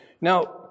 Now